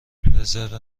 رزرو